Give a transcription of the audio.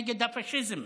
נגד הפשיזם,